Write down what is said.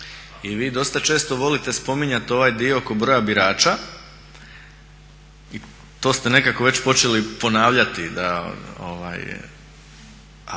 I vi dosta često volite spominjati ovaj dio oko broja birača i to ste nekako već počeli ponavljati, a